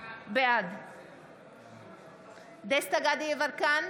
בעד דסטה גדי יברקן,